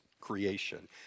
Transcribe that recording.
creation